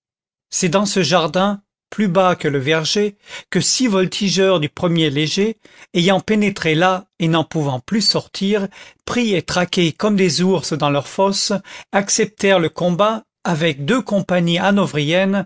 c'est dans ce jardin plus bas que le verger que six voltigeurs du er léger ayant pénétré là et n'en pouvant plus sortir pris et traqués comme des ours dans leur fosse acceptèrent le combat avec deux compagnies